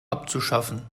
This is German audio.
abzuschaffen